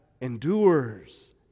endures